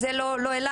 אז זה לא כלפייך,